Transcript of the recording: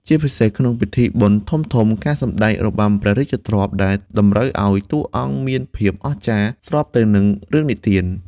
ជាពិសេសក្នុងពិធីបុណ្យធំៗ ឬការសម្តែងរបាំព្រះរាជទ្រព្យ ដែលតម្រូវឱ្យតួអង្គមានភាពអស្ចារ្យស្របទៅនឹងរឿងនិទាន។